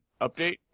Update